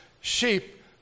sheep